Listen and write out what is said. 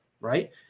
right